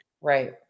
Right